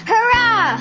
Hurrah